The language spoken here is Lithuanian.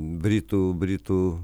britų britų